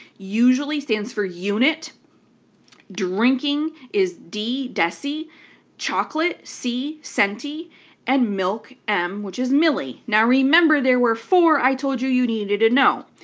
usually stands for unit drinking is d, deci chocolate, c, centi and milk, m, which is milli. now remember, there were four i told you you needed to know.